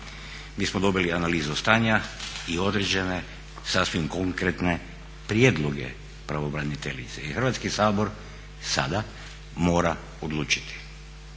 Mi smo dobili analizu stanja i određene sasvim konkretne prijedloge pravobraniteljice. I Hrvatski sabora sada mora odlučiti.